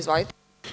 Izvolite.